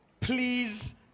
Please